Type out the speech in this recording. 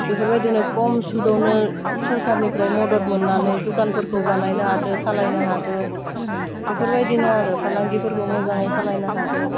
बेफोरबायदिनो खम सुतआवनो सरकारनिफ्राय मदद मोन्नानै दुखानफोरखौ बानायनो हादो खालायनो हादो बेफोरबायदिनो आरो फालांगिफोरखौ मोजाङै खालायनो हादो